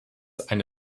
eine